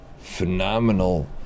phenomenal